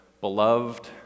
beloved